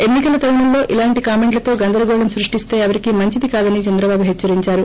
ఎన్ని కల తరుణంలో ఇలాంటి కామెంట్లతో గందరగోళం సృష్టిస్తే ఎవరికీ మంచిది కాదని చంద్రబాబు హెచ్చరిందారు